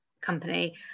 company